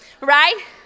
Right